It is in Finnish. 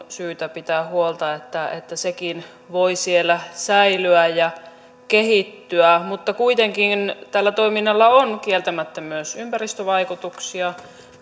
syytä pitää huolta että että sekin voi siellä säilyä ja kehittyä mutta kuitenkin tällä toiminnalla on kieltämättä myös ympäristövaikutuksia